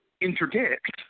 interdict